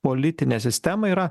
politinę sistemą yra